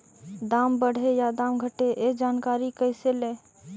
दाम बढ़े या दाम घटे ए जानकारी कैसे ले?